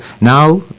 now